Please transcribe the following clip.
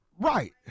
Right